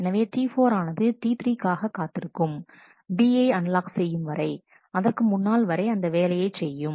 எனவே T4 ஆனது T3 காக காத்திருக்கும் B யை அன்லாக் செய்யும் வரை அதற்கு முன்னால் வரை அந்த வேலையைச் செய்யும்